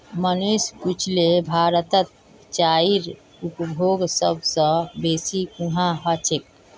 मनीष पुछले भारतत चाईर उपभोग सब स बेसी कुहां ह छेक